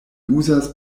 uzas